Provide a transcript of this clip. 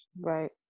Right